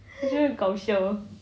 我觉得很搞笑